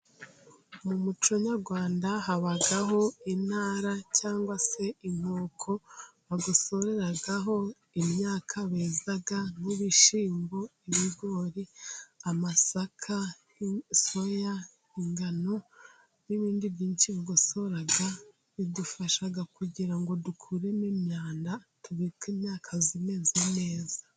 Mu muco nyarwanda, habaho intara cyangwa se inkoko bagosoreraho imyaka beza nk'ibishyimbo, ibigori, amasaka ,soya ,ingano n'ibindi byinshi bagosora bidufasha kugira ngo dukuremo imyanda ,tubike imyaka imeze neza.